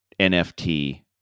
NFT